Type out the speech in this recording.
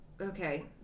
okay